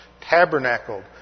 tabernacled